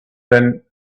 than